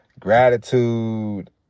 gratitude